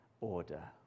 order